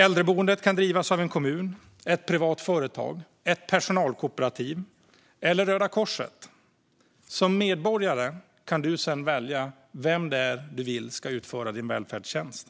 Äldreboendet kan drivas av en kommun, ett privat företag, ett personalkooperativ eller Röda Korset. Som medborgare kan du sedan välja vem du vill ska utföra din välfärdstjänst.